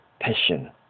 passion